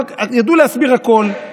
ידעו להסביר הכול.